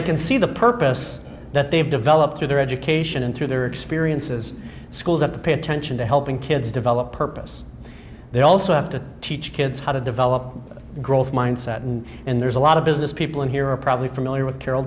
i can see the purpose that they've developed through their education and through their experiences schools at the pay attention to helping kids develop purpose they also have to teach kids how to develop a growth mindset and and there's a lot of business people in here are probably familiar with carol